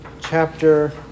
Chapter